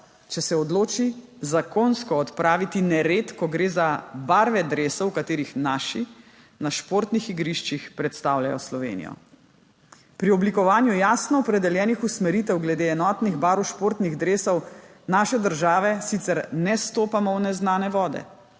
če se odloči zakonsko odpraviti nered, ko gre za barve dresov, v katerih naši na športnih igriščih predstavljajo Slovenijo. Pri oblikovanju jasno opredeljenih usmeritev glede enotnih barv športnih dresov naše države sicer ne vstopamo v neznane vode.